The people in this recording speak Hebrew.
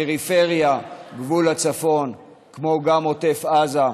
הפריפריה, גבול הצפון, כמו גם עוטף עזה,